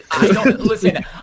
Listen